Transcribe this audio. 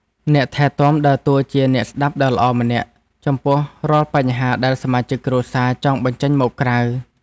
អ្នកថែទាំដើរតួជាអ្នកស្តាប់ដ៏ល្អម្នាក់ចំពោះរាល់បញ្ហាដែលសមាជិកគ្រួសារចង់បញ្ចេញមកក្រៅ។